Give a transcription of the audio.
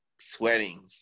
sweating